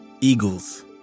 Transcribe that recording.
eagles